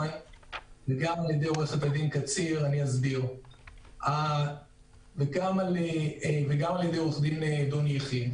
וגם על-ידי עו"ד קציר וגם על-ידי עו"ד דון יחיא.